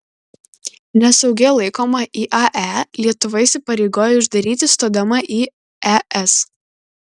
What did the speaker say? nesaugia laikomą iae lietuva įsipareigojo uždaryti stodama į es